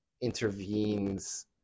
intervenes